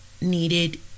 needed